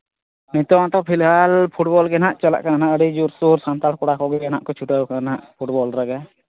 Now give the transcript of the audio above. ᱱᱤᱛᱚᱜᱢᱟᱛᱚ ᱯᱷᱤᱞᱦᱟᱞ ᱯᱷᱩᱴᱵᱚᱞ ᱜᱮ ᱱᱟᱦᱜ ᱪᱟᱞᱟᱜ ᱠᱟᱱᱟ ᱟᱹᱰᱤ ᱡᱳᱨᱥᱳᱨ ᱥᱟᱱᱛᱟᱲ ᱠᱚᱲᱟ ᱠᱚᱜᱮ ᱱᱟᱦᱜ ᱠᱚ ᱪᱷᱩᱴᱟᱹᱣ ᱟᱠᱟᱱᱟ ᱱᱟᱦᱜ ᱯᱷᱩᱴᱵᱚᱞ ᱨᱮᱜᱮ